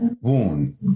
wound